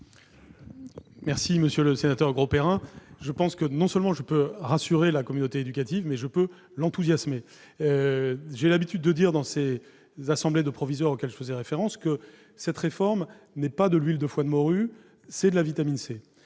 M. le ministre. Monsieur Grosperrin, je puis non seulement rassurer la communauté éducative, mais même l'enthousiasmer ! J'ai l'habitude de dire, dans les assemblées de proviseurs auxquelles je faisais référence, que cette réforme n'est pas de l'huile de foie de morue, mais de la vitamine C